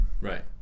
Right